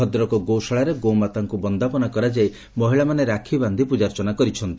ଭଦ୍ରକ ଗୋଶାଳାରେ ଗୋମାତାଙ୍କୁ ବନ୍ଦାପନା କରାଯାଇ ମହିଳାମାନେ ରାକ୍ଷୀ ବାକ୍ଷି ପ୍ପଜାର୍ଚ୍ଚନା କରିଛନ୍ତି